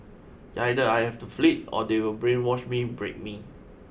either I have to flee or they will brainwash me break me